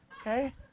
okay